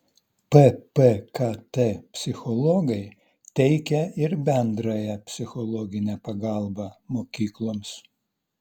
ppkt psichologai teikia ir bendrąją psichologinę pagalbą mokykloms